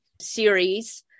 series